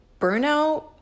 burnout